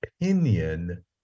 opinion